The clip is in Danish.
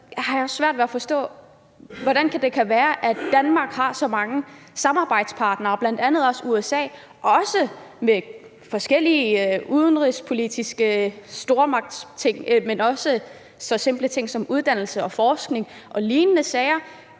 jeg svært ved at forstå, hvordan det kan være, at Danmark har så mange samarbejdspartnere, bl.a. USA, om forskellige udenrigspolitiske stormagtsting, men også om så simple ting som uddannelse og forskning og lignende sager.